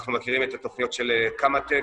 אנחנו מכירים את התכניות של קמא טק